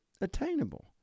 attainable